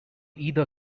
either